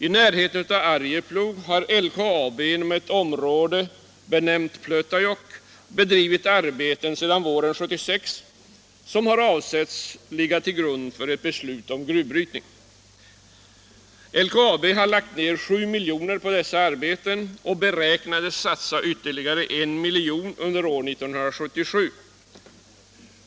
I närheten av Arjeplog har LKAB inom ett område benämnt Pleutajokk bedrivit arbeten sedan våren 1976 som var avsedda att ligga till grund för ett beslut om gruvbrytning. LKAB har lagt ner 7 milj.kr. på dessa arbeten och beräknades satsa ytterligare 1 milj.kr. under år 1977.